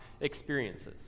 experiences